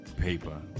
paper